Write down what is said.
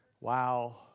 wow